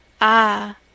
Ah